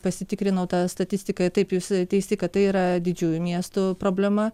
pasitikrinau tą statistiką taip jūs teisi kad tai yra didžiųjų miestų problema